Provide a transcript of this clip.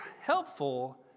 helpful